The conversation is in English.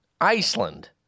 Iceland